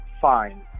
fine